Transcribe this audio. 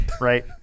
right